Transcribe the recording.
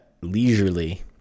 leisurely